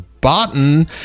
button